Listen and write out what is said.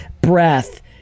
breath